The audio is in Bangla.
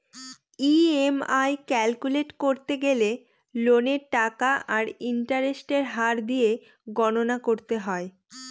ই.এম.আই ক্যালকুলেট করতে গেলে লোনের টাকা আর ইন্টারেস্টের হার দিয়ে গণনা করতে হয়